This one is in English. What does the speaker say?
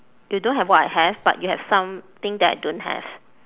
you don't have what I have but you have something that I don't have